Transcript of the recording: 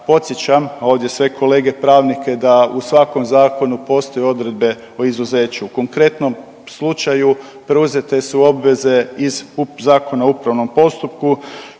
Podsjećam ovdje sve kolege pravnike da u svakom zakonu postoje odredbe o izuzeću. U konkretnom slučaju preuzete su obveze iz Zakona o upravnom postupku